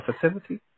facility